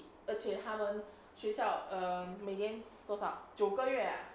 而且他们学校 err 每年多少九个月 ah